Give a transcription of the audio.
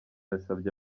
yasabye